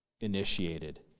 initiated